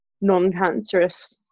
non-cancerous